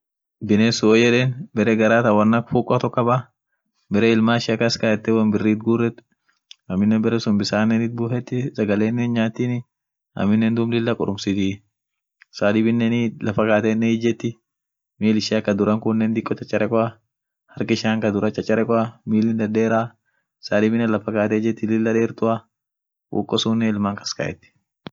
binnes sun won yeden bere garatan won ak fukoa tok kaba bere ilman ishia kaskayete won biri itguret aminen bare sun bisanen it bufeti sagale hin' nyaatini aminen duum lilla qurumsitii, saa dibinen lafakate ijeti mil ishia ka duran kunen diko chacharekeoa hark ishia ka duran chacharekeoa milin dederaa saa diibinen lafa kaate ijjeti lila dertua fuko sunen ilman kas kayeti.